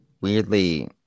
weirdly